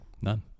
none